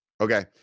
okay